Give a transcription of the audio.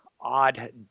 odd